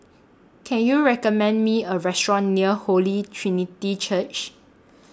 Can YOU recommend Me A Restaurant near Holy Trinity Church